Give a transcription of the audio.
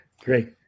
Great